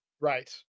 Right